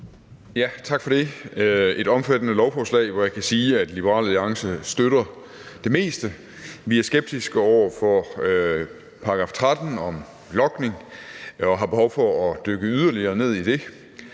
Tak for det. Det er et omfattende lovforslag, og jeg kan sige, at Liberal Alliance støtter det meste. Vi er skeptiske over for § 13 om logning og har behov for at dykke yderligere ned i det.